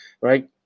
right